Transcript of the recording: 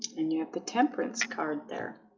and you have the temperance card there